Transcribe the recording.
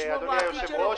אדוני היושב-ראש.